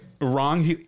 Wrong